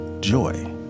joy